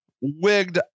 wigged